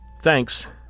Thanks